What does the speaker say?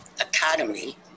Academy